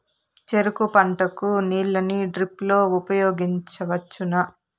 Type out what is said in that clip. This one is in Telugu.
చెరుకు పంట కు నీళ్ళని డ్రిప్ లో ఉపయోగించువచ్చునా?